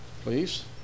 please